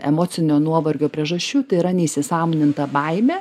emocinio nuovargio priežasčių tai yra neįsisąmoninta baimė